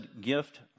gift